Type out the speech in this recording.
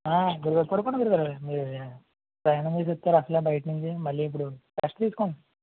పడుకోండి గురువుగారు మీరు ప్రయాణం చేసి వచ్చారు అసలే బయటనుంచి మళ్ళి ఇప్పుడు రెస్ట్ తీసుకోండి